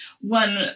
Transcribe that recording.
One